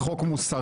זה חוק מוסרי,